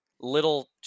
little